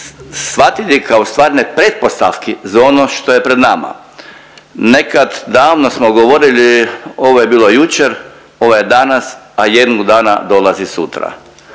shvatiti kao stvarne pretpostavke za ono što je pred nama. Nekad davno smo govorili ovo je bilo jučer, ovo je danas, a jednog dana dolazi sutra.